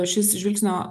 šis žvilgsnio